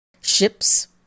ships